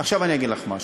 עכשיו אני אגיד לך משהו.